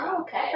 Okay